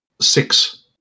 six